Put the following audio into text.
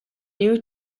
new